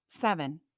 seven